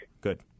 Good